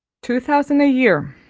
two thousand a-year